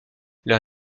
leur